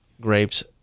grapes